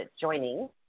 joining